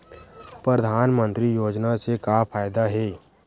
परधानमंतरी योजना से का फ़ायदा हे?